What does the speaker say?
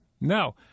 No